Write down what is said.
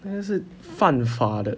这个是犯法的